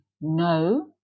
no